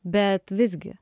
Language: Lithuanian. bet visgi